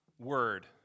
word